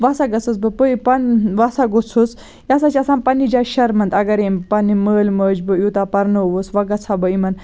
وۄنۍ ہَسا گٔژھٕس بہٕ بہٕ ہَسا گوٚژھُس یہِ ہَسا چھِ آسان پَننہِ جایہِ شَرمَنٛد اگر أمۍ پَننہِ مٲلۍ مٲجۍ بہٕ یوٗتَاہ پَرنووُس وۄنۍ گَژھہٕ ہہَ بہٕ یِمَن